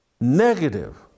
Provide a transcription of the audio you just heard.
negative